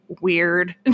weird